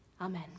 Amen